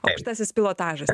aukštasis pilotažas